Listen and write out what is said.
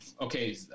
okay